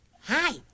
Hi